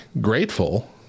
grateful